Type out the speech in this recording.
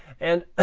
and ah